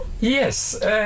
Yes